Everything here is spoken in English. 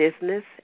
business